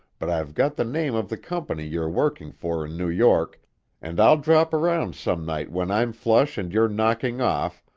but i've got the name of the company you're working for in new york and i'll drop around some night when i'm flush and you're knocking off,